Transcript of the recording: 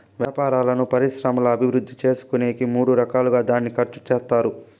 వ్యాపారాలను పరిశ్రమల అభివృద్ధి చేసుకునేకి మూడు రకాలుగా దాన్ని ఖర్చు చేత్తారు